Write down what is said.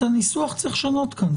את הניסוח צריך לשנות כאן.